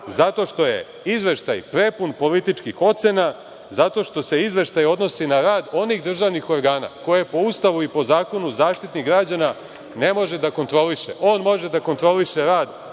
Zato što je izveštaj prepun političkih ocena. Zato što se izveštaj odnosi na rad onih državnih organa koje po Ustavu i po zakonu Zaštitnik građana ne može da kontroliše. On može da kontroliše rad